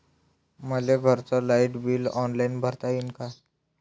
मले घरचं light bill online भरता येईन का?